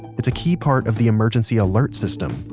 it's a key part of the emergency alert system,